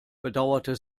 bedauerte